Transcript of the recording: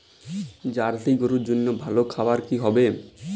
Jersey গরুর জন্য ভালো খাবার কি হবে?